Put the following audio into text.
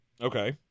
Okay